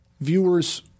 viewers